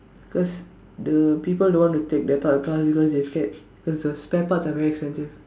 because the people don't want to take that type of car because they scared cause the spare parts are very expensive